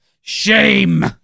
Shame